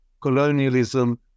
colonialism